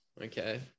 Okay